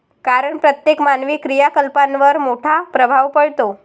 कारण प्रत्येक मानवी क्रियाकलापांवर मोठा प्रभाव पडतो